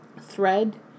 thread